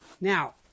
Now